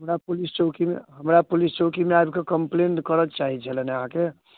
हमरा पुलिस चौकीमे हमरा पुलिस चौकीमे आबिकऽ कम्पलेन्ड करऽके चाही छलै ने आहाँके